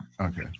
Okay